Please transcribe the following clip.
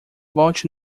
volte